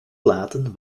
platen